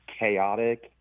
chaotic